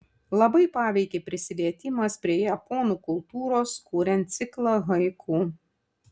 labai paveikė prisilietimas prie japonų kultūros kuriant ciklą haiku